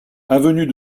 avenue